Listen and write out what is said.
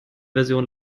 version